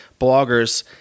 bloggers